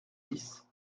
dix